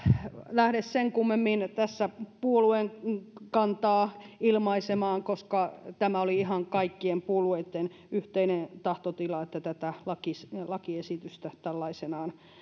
lähde sen kummemmin tässä puolueen kantaa ilmaisemaan koska tämä oli ihan kaikkien puolueitten yhteinen tahtotila että tätä lakiesitystä tällaisenaan